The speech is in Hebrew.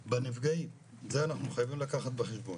בנפגעים, זה אנחנו חייבים לקחת בחשבון.